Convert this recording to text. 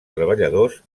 treballadors